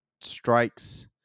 strikes